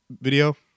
video